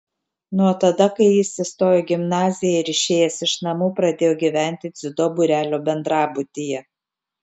nuo tada kai jis įstojo į gimnaziją ir išėjęs iš namų pradėjo gyventi dziudo būrelio bendrabutyje